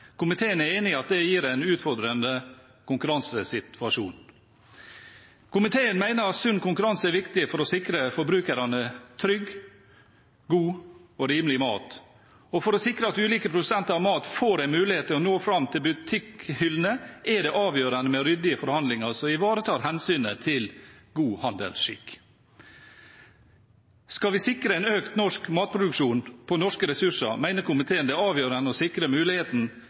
Komiteen er enig i at det gir en utfordrende konkurransesituasjon. Komiteen mener at sunn konkurranse er viktig for å sikre forbrukerne trygg, god og rimelig mat. For å sikre at ulike produsenter av mat får en mulighet til å nå fram til butikkhyllene, er det avgjørende med ryddige forhandlinger som ivaretar hensynet til god handelsskikk. Skal vi sikre en økt norsk matproduksjon på norske ressurser, mener komiteen det er avgjørende å sikre muligheten